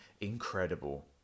incredible